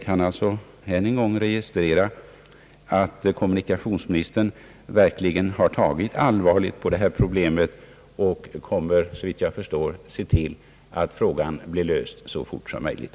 Jag kan än en gång registrera, att kommunikationsministern verkligen tagit allvarligt på dessa problem och att han såvitt jag förstår kommer att se till att frågan blir löst så fort som möjligt.